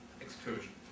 excursion